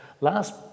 Last